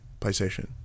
playstation